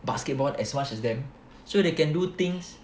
basketball as much as them so they can do things